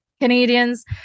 Canadians